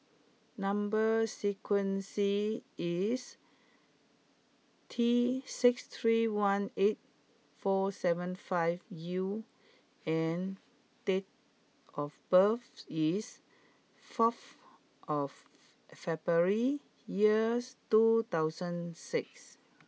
number sequence is T six three one eight four seven five U and date of birth is four of February years two thousand six